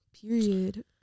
Period